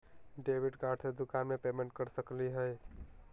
Debit card से दुकान में पेमेंट कर सकली हई?